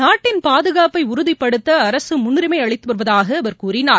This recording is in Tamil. நாட்டின் பாதுகாப்பை உறுதிபடுத்த அரசு முன்னுரிமை அளித்து வருவதாக அவர் கூறினார்